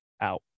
out